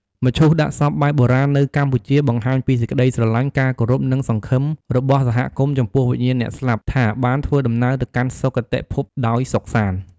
មឈូសដាក់សពបែបបុរាណនៅកម្ពុជា បង្ហាញពីសេចក្ដីស្រឡាញ់ ការគោរព និង សង្ឃឹមរបស់សហគមន៍ចំពោះវិញ្ញាណអ្នកស្លាប់ ថាបានធ្វើដំណើរទៅកាន់សុគតិភពដោយសុខសាន្ដ។